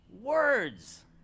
words